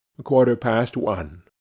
a quarter past one.